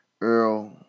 Earl